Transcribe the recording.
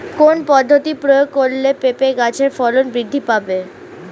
কোন পদ্ধতি প্রয়োগ করলে পেঁপে গাছের ফলন বৃদ্ধি পাবে?